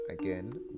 again